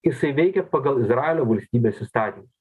jisai veikė pagal izraelio valstybės įstatymus